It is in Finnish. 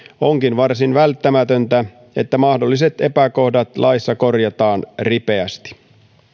onkin varsin välttämätöntä että mahdolliset epäkohdat laissa korjataan ripeästi